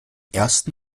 ersten